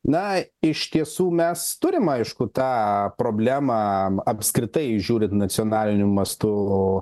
na iš tiesų mes turim aišku tą problemą apskritai žiūrint nacionaliniu mastu